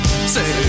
Say